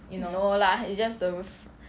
no lah it's just the just very suck up